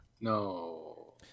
No